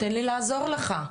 תן לי לעזור לך.